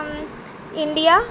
India